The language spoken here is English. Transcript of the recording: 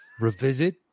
revisit